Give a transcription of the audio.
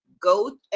go